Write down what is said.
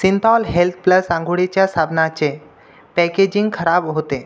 Cinthol health plus आंघोळीच्या साबणाचे packaging खराब होते